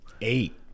eight